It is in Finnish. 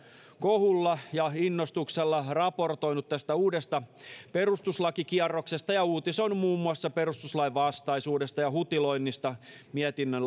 kohulla ja innostuksella raportoinut tästä uudesta perustuslakikierroksesta ja uutisoinut muun muassa perustuslainvastaisuudesta ja hutiloinnista mietinnön